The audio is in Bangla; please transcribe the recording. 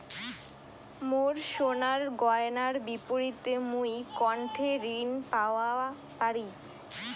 মোর সোনার গয়নার বিপরীতে মুই কোনঠে ঋণ পাওয়া পারি?